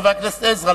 חבר הכנסת עזרא,